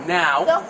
now